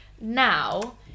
now